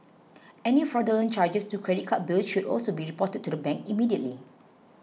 any fraudulent charges to credit card bills should also be reported to the bank immediately